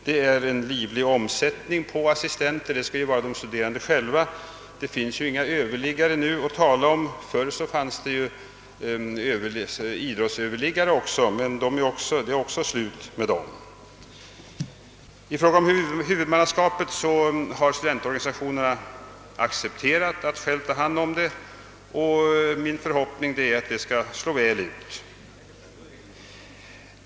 Det är en ganska oviss lösning. Omsättningen på studenter är livlig. Det finns inga överliggare att tala om nu — förr fanns det även ett antal idrottsöverliggare, men det gör det inte längre. Studentorganisationerna har accepterat att själva ta hand om huvudmanrnaskapet. Min förhoppning är att det skall slå väl ut.